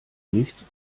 nichts